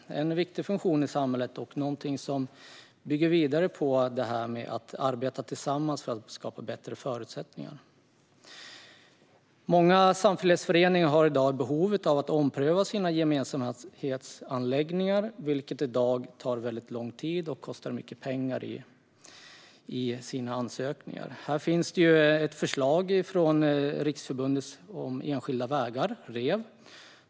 Det är en viktig funktion i samhället och något som bygger vidare på det här med att arbeta tillsammans för att skapa bättre förutsättningar. Många samfällighetsföreningar har i dag behov av att ompröva sina gemensamhetsanläggningar. Sådana ansökningar tar i dag lång tid och kostar mycket pengar. Här finns det ett förslag från Riksförbundet Enskilda Vägar, Rev.